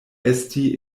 esti